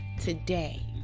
today